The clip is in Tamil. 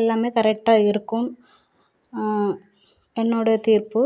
எல்லாமே கரெக்டாக இருக்கும் என்னோடய தீர்ப்பு